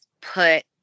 put